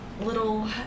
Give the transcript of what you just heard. little